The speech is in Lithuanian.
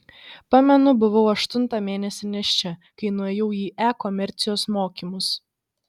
pamenu buvau aštuntą mėnesį nėščia kai nuėjau į e komercijos mokymus